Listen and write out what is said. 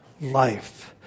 life